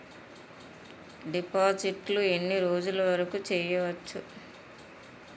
డిపాజిట్లు ఎన్ని రోజులు వరుకు చెయ్యవచ్చు?